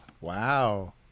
Wow